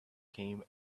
came